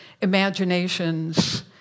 imaginations